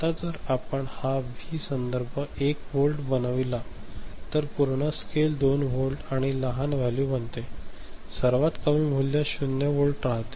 आता जर आपण हा व्ही संदर्भ 1 व्होल्ट बनविला तर पूर्ण स्केल 2 व्होल्ट आणि लहान व्हॅल्यू बनते सर्वात कमी मूल्य 0 व्होल्ट राहते